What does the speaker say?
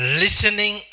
listening